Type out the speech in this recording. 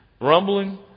rumbling